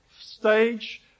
stage